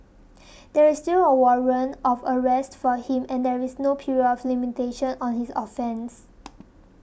there is still a warrant of arrest for him and there is no period of limitation on his offence